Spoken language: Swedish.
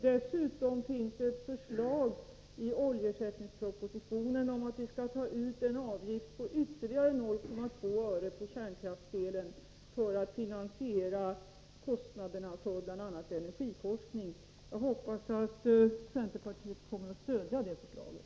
Dessutom finns det ett förslag i oljeersättningspropositionen om att vi skall ta ut en avgift av ytterligare 0,2 öre på kärnkraftselen för att finansiera kostnaderna för bl.a. energiforskning. Jag hoppas att centerpartiet kommer att stödja det förslaget.